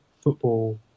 football